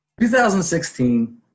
2016